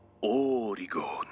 Oregon